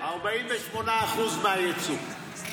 48% מהייצוא.